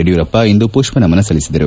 ಯಡಿಯೂರಪ್ಪ ಇಂದು ಪುಷ್ಪ ನಮನ ಸಲ್ಲಿಸಿದರು